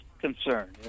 concern